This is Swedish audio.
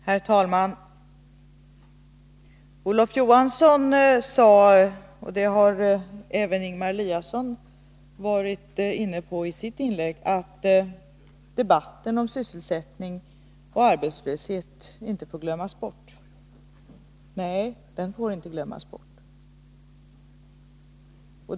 Herr talman! Olof Johansson sade att debatten om sysselsättning och arbetslöshet inte får glömmas bort. Även Ingemar Eliasson var inne på det i sitt inlägg. Nej, den får inte glömmas bort.